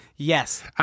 Yes